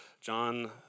John